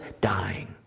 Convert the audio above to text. dying